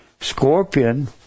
scorpion